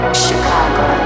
Chicago